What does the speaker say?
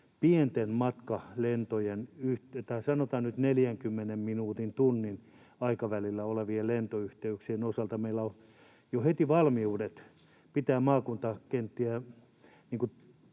pienten matkalentojen tai sanotaan nyt 40 minuutin—tunnin aikavälillä olevien lentoyhteyksien osalta meillä on jo heti valmiudet pitää maakuntakenttiä